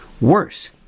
Worse